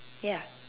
ya